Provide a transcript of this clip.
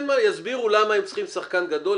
הם יסבירו למה הם צריכים שחקן גדול,